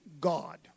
God